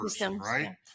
Right